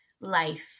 life